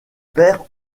père